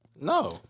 No